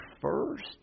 first